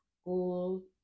school